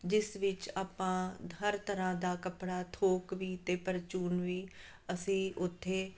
ਜਿਸ ਵਿੱਚ ਆਪਾਂ ਹਰ ਤਰ੍ਹਾਂ ਦਾ ਕੱਪੜਾ ਥੋਕ ਵੀ ਅਤੇ ਪਰਚੂਨ ਵੀ ਅਸੀਂ ਉੱਥੇ